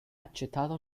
accettata